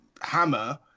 hammer